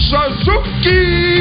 Suzuki